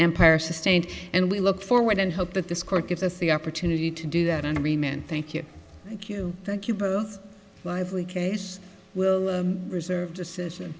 empire sustained and we look forward and hope that this court gives us the opportunity to do that and remain thank you thank you thank you both lively case will reserve decision